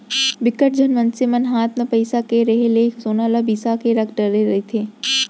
बिकट झन मनसे मन हात म पइसा के रेहे ले सोना ल बिसा के रख डरे रहिथे